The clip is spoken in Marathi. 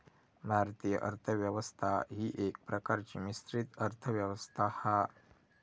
भारतीय अर्थ व्यवस्था ही एका प्रकारची मिश्रित अर्थ व्यवस्था हा